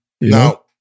Now